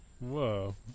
Whoa